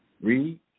Read